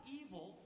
evil